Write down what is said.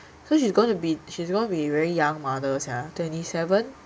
cause she's gonna be she's gonna be very young mother sia twenty seven